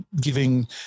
giving